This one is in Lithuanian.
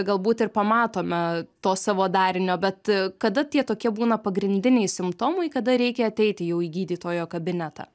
galbūt ir pamatome to savo darinio bet kada tie tokie būna pagrindiniai simptomai kada reikia ateiti į gydytojo kabinetą